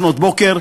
לפנות בוקר,